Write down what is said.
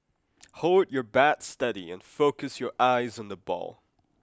hold your bat steady and focus your eyes on the ball